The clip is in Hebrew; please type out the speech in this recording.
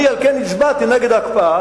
על כן אני הצבעתי נגד ההקפאה,